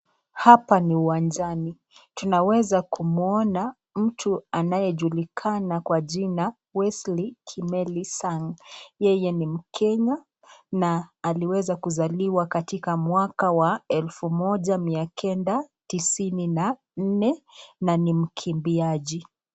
Hapa ni uwanjani. Tunaweza kumwona mtu anayejulikana kwa jina Wesley Kimeli Sang, yeye ni mkenya, na aliweza kuzaliwa katika mwaka wa elfu moja mia kenda tisini na nne na ni mkimbiaji.